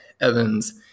Evans